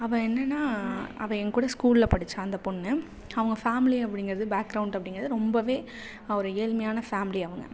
அவள் என்னென்னா அவள் என் கூட ஸ்கூலில் படித்தா அந்த பொண்ணு அவங்க ஃபேமிலி அப்படிங்கறது பேக்ரௌண்ட் அப்படிங்கறது ரொம்பவே அவள் ஒரு ஏழ்மையான ஃபேமிலி அவங்க